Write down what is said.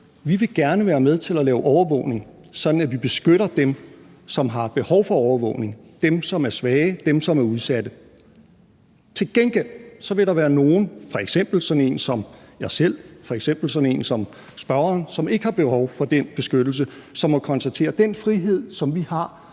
Vi vil gerne være med til at lave overvågning, sådan at vi beskytter dem, som har behov for overvågning, altså dem, som er svage, dem, som er udsatte. Til gengæld vil der være nogen, f.eks. sådan en som mig selv, f.eks. sådan en som spørgeren, som ikke har behov for den beskyttelse, som må konstatere, at den frihed, som vi har,